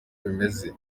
bimeze